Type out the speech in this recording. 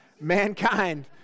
mankind